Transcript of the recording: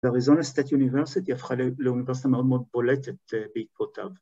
ואריזונה סטייט יוניברסיטי הפכה ל-לאוניברסיטה מאוד מאוד בולטת, אה, בעקבותיו.